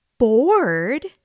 Bored